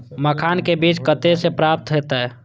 मखान के बीज कते से प्राप्त हैते?